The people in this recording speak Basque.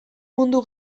mundu